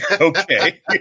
okay